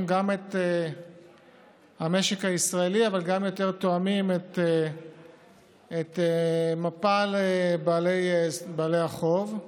את המשק הישראלי אבל גם יותר תואמים את מפל בעלי החוב,